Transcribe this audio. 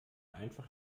einfach